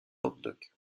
languedoc